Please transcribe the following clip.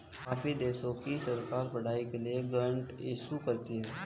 काफी देशों की सरकार पढ़ाई के लिए ग्रांट इशू करती है